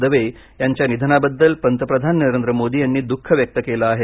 दवे यांच्या निधनाबद्दल पंतप्रधान नरेंद्र मोदी यांनी दुःख व्यक्त केलं आहे